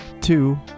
two